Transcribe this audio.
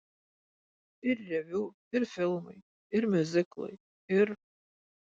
ir reviu ir filmai ir miuziklai ir